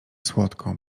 słodką